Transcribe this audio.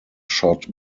shot